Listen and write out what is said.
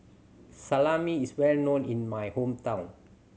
salami is well known in my hometown